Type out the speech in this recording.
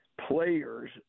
Players